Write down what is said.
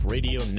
Radio